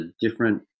different